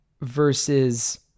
versus